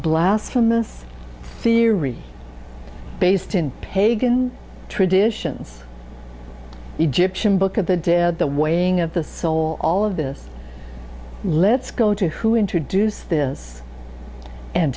blasphemous theory based in pagan traditions egyptian book of the dead the weighing of the soul all of this let's go to who introduced this and